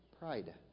Pride